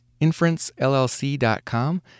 inferencellc.com